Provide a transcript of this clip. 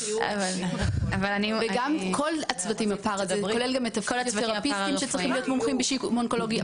כל הצוותים הפרא-רפואיים צריכים להתמחות בשיקום אונקולוגי.